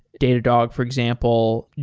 datadog for example.